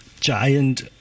giant